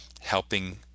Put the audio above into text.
helping